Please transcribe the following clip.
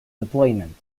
deployment